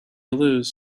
lose